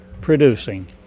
producing